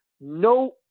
no